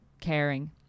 caring